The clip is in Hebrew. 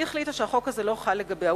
אלא שמאור החליטה שהחוק לא רלוונטי לגביה,